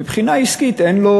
מבחינה עסקית אין לו